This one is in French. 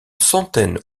centaine